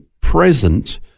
present